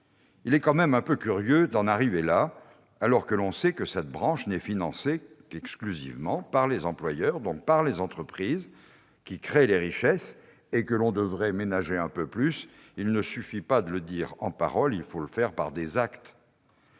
Il est tout de même un peu curieux d'en arriver là, alors que l'on sait que cette branche est exclusivement financée par les employeurs, donc par les entreprises, qui créent les richesses et que l'on devrait ménager un peu plus ... Il ne suffit pas de le dire ; il faut le faire ! Les risques